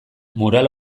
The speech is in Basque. mural